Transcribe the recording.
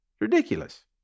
Ridiculous